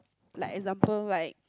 like example like